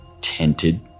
tinted